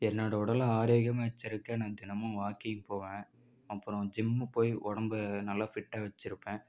என்னோடய உடலை ஆரோக்கியமாக வச்சிருக்க நான் தினமும் வாக்கிங் போவேன் அப்புறம் ஜிம்மு போய் உடம்ப நல்லா ஃபிட்டாக வச்சிருப்பேன்